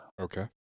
Okay